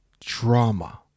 drama